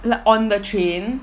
like on the train